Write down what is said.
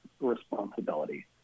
responsibility